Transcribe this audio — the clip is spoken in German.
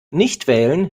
nichtwählen